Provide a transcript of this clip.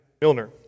Milner